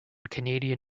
canadian